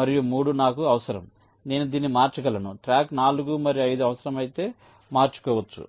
మరియు 3 నాకు అవసరం నేను దీన్ని మార్చగలను ట్రాక్ 4 మరియు 5 అవసరమైతే మార్చుకోవచ్చు